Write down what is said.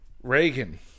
Reagan